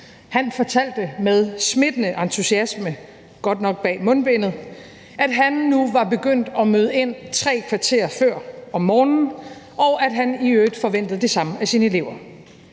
Han fortalte med smittende entusiasme, godt nok bag mundbindet, at han nu var begyndt at møde ind tre kvarter før om morgenen, og at han i øvrigt forventede det samme af sine elever.